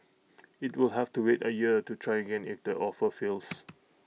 IT will have to wait A year to try again if the offer fails